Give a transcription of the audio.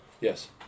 Yes